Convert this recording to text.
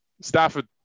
Stafford